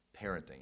parenting